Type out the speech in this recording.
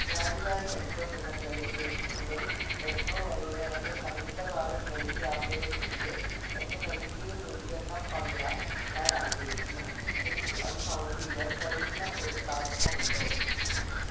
Rajdhani Express എന്ന train Delhi മുതൽ ലക്നൗ വരെയുള്ള എൻ്റെ സമീപകാല ട്രെയിൻ യാത്രയെക്കുറിച്ച് എൻ്റെ നെഗറ്റീവ് പ്രതികരണം പങ്കിടാൻ ഞാൻ ആഗ്രഹിക്കുന്നു എനിക്ക് അത് സമർപ്പിക്കാൻ കഴിയുന്ന ഒരു പ്ലാറ്റ്ഫോം ഉണ്ടോ